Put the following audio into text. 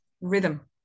Rhythm